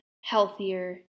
healthier